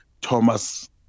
Thomas